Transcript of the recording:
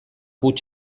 huts